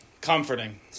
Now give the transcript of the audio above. comforting